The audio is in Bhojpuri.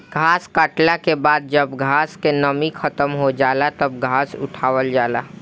घास कटले के बाद जब घास क नमी खतम हो जाला तब घास उठावल जाला